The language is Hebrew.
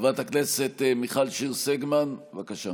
חברת הכנסת מיכל שיר סגמן, בבקשה,